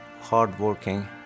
hardworking